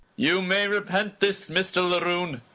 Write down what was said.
you may repent this, mr. laroon.